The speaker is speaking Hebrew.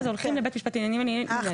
הולכים לבית משפט לעניינים מנהליים.